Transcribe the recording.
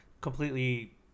completely